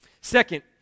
Second